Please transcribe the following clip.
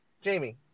Jamie